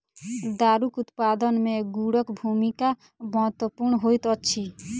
दारूक उत्पादन मे गुड़क भूमिका महत्वपूर्ण होइत अछि